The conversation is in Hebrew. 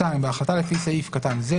(2)בהחלטה לפי סעיף קטן זה,